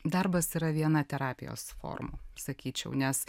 darbas yra viena terapijos formų sakyčiau nes